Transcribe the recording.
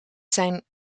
zijn